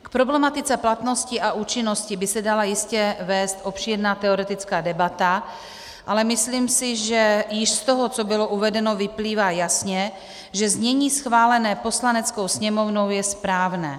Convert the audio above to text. K problematice platnosti a účinnosti by se dala jistě vést obšírná teoretická debata, ale myslím si, že již z toho, co bylo uvedeno, vyplývá jasně, že znění schválené Poslaneckou sněmovnou je správné.